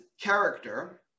character